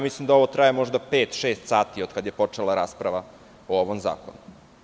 Mislim da ovo traje možda pet, šest sati od kada je počela rasprava o ovom zakonu.